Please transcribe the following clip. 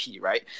right